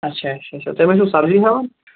اچھا اچھا اچھا تُہی ما چھِو سبزی ہیوان